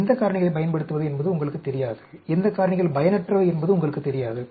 எந்த காரணிகளைப் பயன்படுத்துவது என்பது உங்களுக்குத் தெரியாது எந்த காரணிகள் பயனற்றவை என்பது உங்களுக்குத் தெரியாது